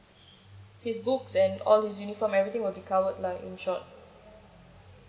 his book and all everything will be covered lah in short